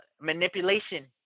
manipulation